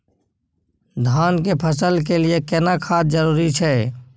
धान के फसल के लिये केना खाद जरूरी छै?